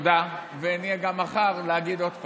תודה, ואני אהיה גם מחר להגיד עוד פעם.